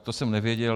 To jsem nevěděl.